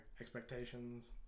expectations